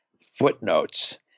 footnotes